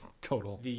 total